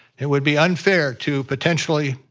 it would be unfair to potentially